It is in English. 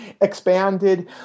expanded